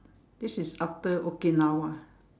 this is after Okinawa